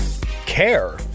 care